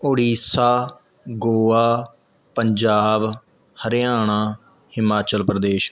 Odisha Goa Punjab Haryana Himachal Pradesh